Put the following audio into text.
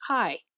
Hi